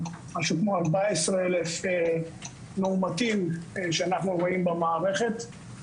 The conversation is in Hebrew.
14 אלף מאומתים שאנחנו רואים במערכת,